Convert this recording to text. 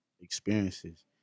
experiences